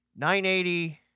980